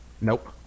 Nope